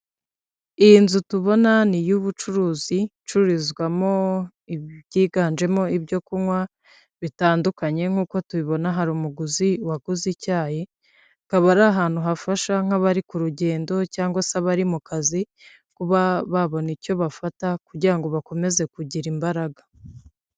Iyi nzu tubona ni iy'ubucuruzi icururizwamo ibyiganjemo ibyo kunywa bitandukanye nk'uko tubibona hari umuguzi waguze icyayi akaba ari ahantu hafasha nk'abari ku rugendo cyangwa se abari mu kazi kuba babona icyo bafata kugira ngo bakomeze kugira imbaraga.